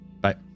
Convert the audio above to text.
Bye